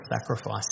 sacrifice